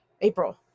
April